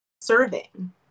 serving